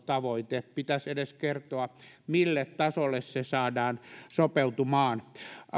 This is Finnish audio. tavoite pitäisi edes kertoa mille tasolle se saadaan sopeutumaan